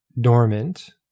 dormant